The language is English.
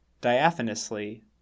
Diaphanously